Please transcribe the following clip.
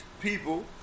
people